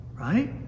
Right